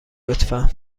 لطفا